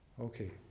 Okay